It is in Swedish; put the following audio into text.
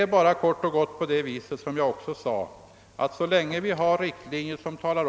Det är kort och gott på det viset — som jag också sade — att så länge vi har att följa riktlinjerna, så gör vi också det.